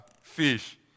fish